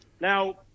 Now